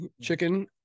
chicken